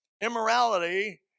Immorality